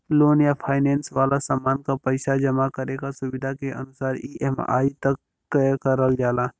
loan या finance वाला सामान क पइसा जमा करे क सुविधा के अनुसार ई.एम.आई तय करल जाला